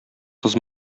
кыз